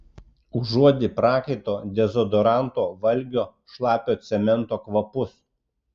užuodi prakaito dezodoranto valgio šlapio cemento kvapus